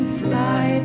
fly